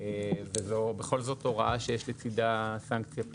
וזאת בכל זאת הוראה שיש לצידה סנקציה פלילית.